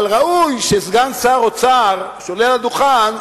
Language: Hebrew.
אבל ראוי שסגן שר האוצר שעולה על הדוכן,